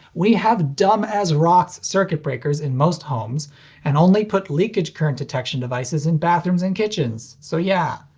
we have dumb-as-rocks circuit breakers in most homes and only put leakage current detection devices in bathrooms and kitchens, so yeah.